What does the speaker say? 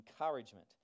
encouragement